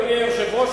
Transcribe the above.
אדוני היושב-ראש,